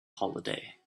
holiday